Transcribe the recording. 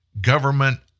Government